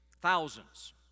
thousands